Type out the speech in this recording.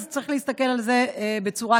צריך להסתכל על זה בצורה כזאת,